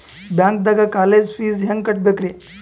ಬ್ಯಾಂಕ್ದಾಗ college fees ಹೆಂಗ್ ಕಟ್ಟ್ಬೇಕ್ರಿ?